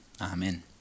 Amen